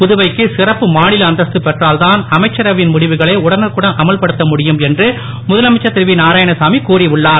புதுவைக்கு சிறப்பு மாநில அந்தஸ்து பெற்றால் தான் அமைச்சரவையின் முடிவுகளை உடனுக்குடன் அமல்படுத்த முடியும் என்று முதலமைச்சர் திரு வி நாராயணசாமி கூறி உள்ளார்